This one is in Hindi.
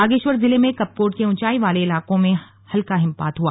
बागेश्वर जिले में कपकोट के ऊंचाई वाले इलाकों में हल्का हिमपात हुआ